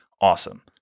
awesome